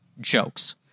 jokes